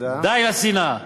די לשנאה.